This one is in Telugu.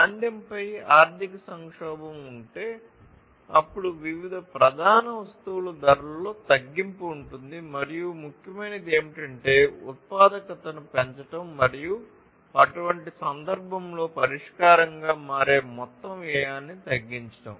మాంద్యంపై ఉంటే అప్పుడు వివిధ ప్రధాన వస్తువుల ధరలలో తగ్గింపు ఉంటుంది మరియు ముఖ్యమైనది ఏమిటంటే ఉత్పాదకతను పెంచడం మరియు అటువంటి సందర్భంలో పరిష్కారంగా మారే మొత్తం వ్యయాన్ని తగ్గించడం